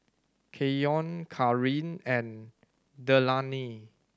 Keyon Carin and Delaney